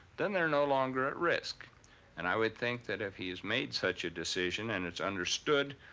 then they're no longer at risk and i would think that if he's made such a decision and it's understood,